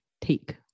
take